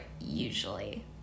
Usually